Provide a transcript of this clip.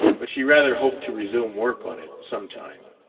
but she rather hoped to resume work on it, some time.